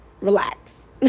Relax